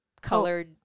colored